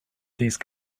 these